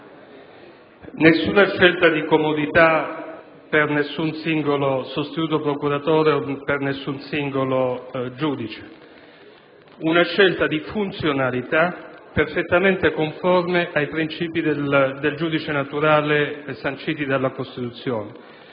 Nessuna scelta di comodità per nessun singolo sostituto procuratore o singolo giudice, ma una scelta di funzionalità perfettamente conforme ai principi del giudice naturale sanciti dalla Costituzione;